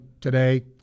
today